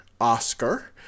Oscar